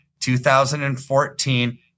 2014